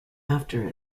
after